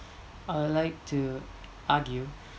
I'd like to argue